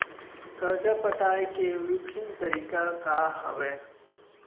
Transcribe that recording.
करजा पटाए के विभिन्न तरीका का हवे?